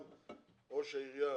גם ראש העירייה